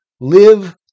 live